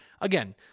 again